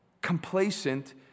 Complacent